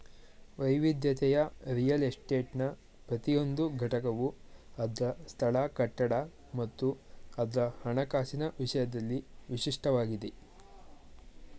ವೈವಿಧ್ಯತೆಯ ರಿಯಲ್ ಎಸ್ಟೇಟ್ನ ಪ್ರತಿಯೊಂದು ಘಟಕವು ಅದ್ರ ಸ್ಥಳ ಕಟ್ಟಡ ಮತ್ತು ಅದ್ರ ಹಣಕಾಸಿನ ವಿಷಯದಲ್ಲಿ ವಿಶಿಷ್ಟವಾಗಿದಿ